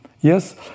Yes